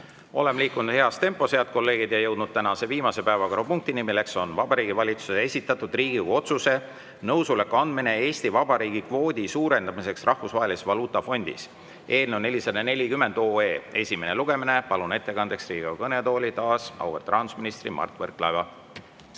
Oleme liikunud heas tempos, head kolleegid, ja jõudnud tänase viimase päevakorrapunktini, milleks on Vabariigi Valitsuse esitatud Riigikogu otsuse "Nõusoleku andmine Eesti Vabariigi kvoodi suurendamiseks Rahvusvahelises Valuutafondis" eelnõu 440 esimene lugemine. Palun ettekandeks Riigikogu kõnetooli taas auväärt rahandusministri Mart Võrklaeva.